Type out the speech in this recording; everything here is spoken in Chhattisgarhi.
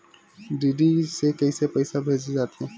डी.डी से कइसे पईसा भेजे जाथे?